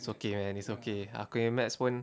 it's okay man it's okay aku nya A math pun